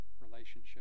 relationship